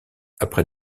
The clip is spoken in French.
après